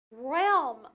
realm